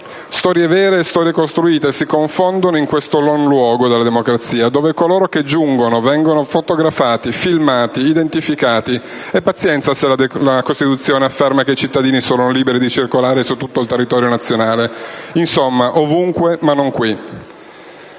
Storie vere e storie costruite si confondono in questo non luogo della democrazia, dove coloro che giungono vengono fotografati, filmati, identificati e pazienza se la Costituzione afferma che i cittadini sono liberi di circolare su tutto il territorio nazionale. Insomma, ovunque, ma non qui.